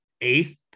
eighth